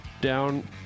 down